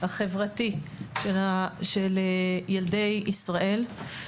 החברתי של ילדי ישראל,